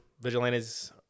vigilantes